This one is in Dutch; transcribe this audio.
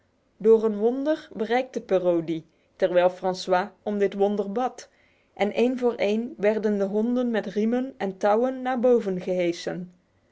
door een wonder bereikte perrault die terwijl francois om dit wonder bad en één voor één werden de honden met riemen en touwen naar boven gehesen